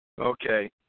Okay